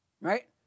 right